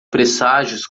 presságios